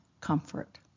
comfort